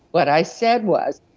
what i said was,